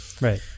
right